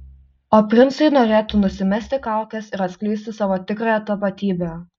o princai norėtų nusimesti kaukes ir atskleisti savo tikrąją tapatybę